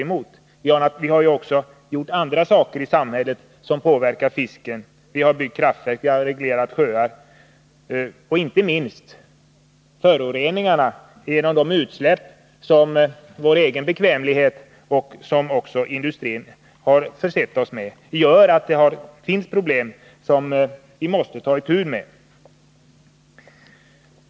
Det har emellertid också gjorts saker i samhället som påverkat fisken — vi har byggt kraftverk, vi har reglerat sjöar. Och inte minst föroreningarna genom de utsläpp som vår egen bekvämlighet och industrins verksamhet föranleder gör att det finns problem som vi måste ta itu med.